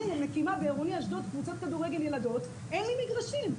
אני מקימה בעירוני אשדוד קבוצת כדורגל ילדות ואין לי מגרשים,